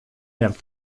behar